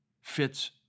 fits